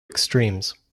extremes